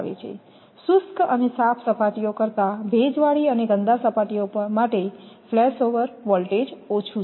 શુષ્ક અને સાફ સપાટીઓ કરતાં ભેજવાળી અને ગંદા સપાટીઓ માટે ફ્લેશ ઓવર વોલ્ટેજ ઓછું છે